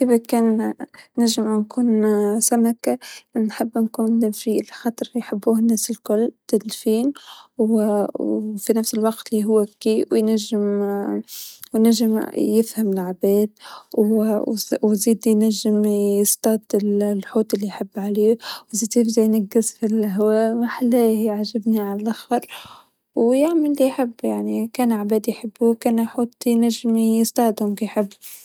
اه ما بعرف الكثير عن عالم ال-الكائنات البحرية والأسماك وهذه الشغلات هكذا، لكن لو إني راح أكون سمكة فانا آبي أكون سمكة شكلها حلو مرة حلو ألوانة زاهية ملفتة للنظر يعني. هاي الأسماك اللي يحكوا لها أسماك الزينة، يكون شكلها مرة حلو، فاكيد أبغى أكون وحدة منها.